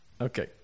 okay